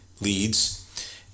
leads